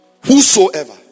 whosoever